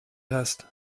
hast